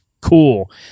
cool